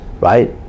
right